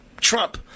Trump